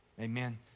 Amen